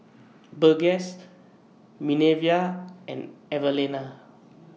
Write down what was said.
Burgess Minervia and Evalena